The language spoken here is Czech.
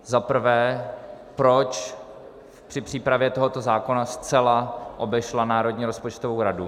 Za prvé, proč při přípravě tohoto zákona zcela obešla Národní rozpočtovou radu.